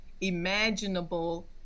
imaginable